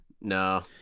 No